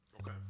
Okay